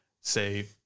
say